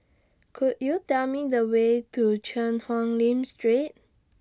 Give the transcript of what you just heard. Could YOU Tell Me The Way to Cheang Hong Lim Street